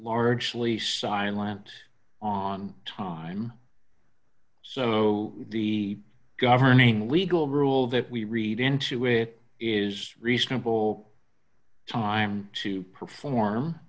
largely silent on time so the governing legal rule that we read into it is reasonable time to perform